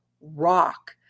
rock